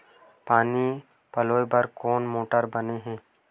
पानी पलोय बर कोन मोटर बने हे?